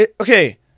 Okay